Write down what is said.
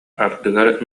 ардыгар